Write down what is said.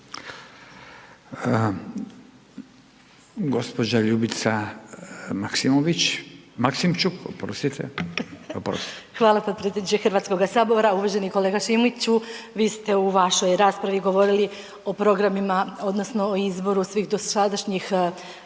Ljubica (HDZ)** Hvala potpredsjedniče HS-a. Uvaženi kolega Šimiću. Vi ste u vašoj raspravi govorili o programima odnosno o izboru svih dosadašnjih